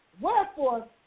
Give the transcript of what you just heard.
wherefore